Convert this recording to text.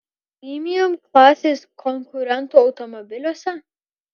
premium klasės konkurentų automobiliuose